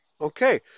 Okay